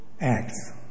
Acts